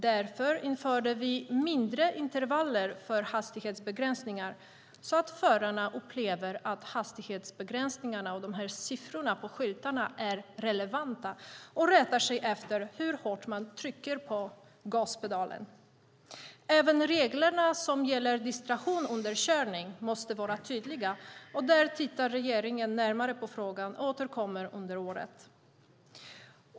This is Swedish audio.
Därför införde vi mindre intervaller för hastighetsbegränsningar, så att förarna upplever att siffrorna på skyltarna är relevanta och rättar sig efter hur hårt man trycker på gaspedalen. Även reglerna som gäller distraktion under körning måste vara tydliga. Regeringen tittar närmare på frågan och återkommer under året.